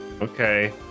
Okay